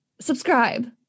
Subscribe